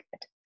good